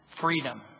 Freedom